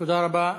תודה רבה.